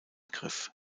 griff